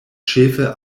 ĉefe